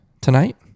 tonight